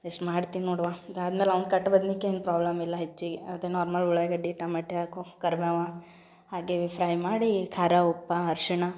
ಇಷ್ಟು ಮಾಡ್ತೀನಿ ನೋಡವ್ವ ಅದಾದ್ಮೇಲೆ ಅವ್ನ್ದು ಕಟ್ ಬದ್ನಿಕಾಯಿಂದು ಪ್ರಾಬ್ಲಮಿಲ್ಲ ಹೆಚ್ಚಿಗೆ ಅದೇ ನಾರ್ಮಲ್ ಉಳ್ಳಾಗಡ್ಡಿ ಟಮಾಟೆ ಹಾಕೋ ಕರ್ಬೇವಾ ಹಾಗೆ ಫ್ರೈ ಮಾಡಿ ಖಾರ ಉಪ್ಪು ಅರಿಶಿಣ